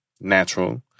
natural